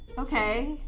okay.